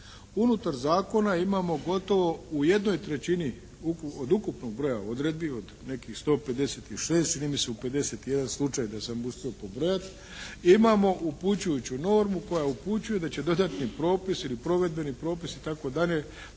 unutar zakona imamo gotovo u jednoj trećini od ukupnog broja odredbi od nekih 156 čini mi se u 51 slučaj da sam uspio pobrojati imamo upučujuću normu koja upućuje da će dodatni propis ili provedbeni propis itd. donijeti